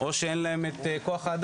או שאין להם את כוח-האדם,